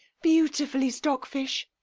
beautifully, stockfish,